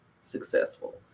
successful